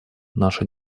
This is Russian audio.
наша